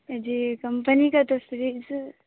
جی company کا تو fridge